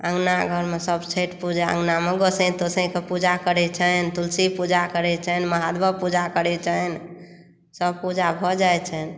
अँगना घरमें सभ छठि पूजा अँगनामे गोसाई तोसाईके पूजा करै छनि तुलसी पूजा करै छनि महादेवक पूजा करै छनि सभ पूजा भऽ जाइ छनि